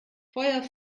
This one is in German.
feuer